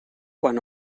quan